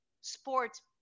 sports